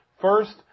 First